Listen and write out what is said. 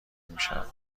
میشد